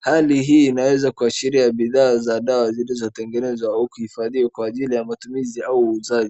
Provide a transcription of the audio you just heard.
Hali hii inaweza kuashiria bidhaa za dawa zilizotengenezwa au kuhifadhiwa kwa ajili ya matumizi au uuzaji.